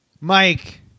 Mike